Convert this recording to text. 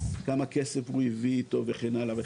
כמה כסף הוא הביא איתו וכן הלאה.